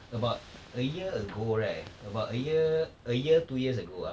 about a year ago right about a year a year two years ago ah